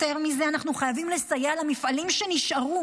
יותר מזה, אנחנו חייבים לסייע למפעלים שנשארו.